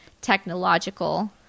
technological